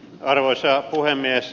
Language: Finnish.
arvoisa puhemies